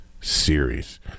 series